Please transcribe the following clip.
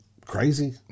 crazy